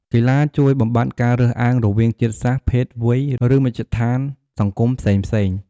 កីឡាជួយបំបាត់ការរើសអើងរវាងជាតិសាសន៍ ភេទ វ័យ ឬមជ្ឈដ្ឋានសង្គមផ្សេងៗ។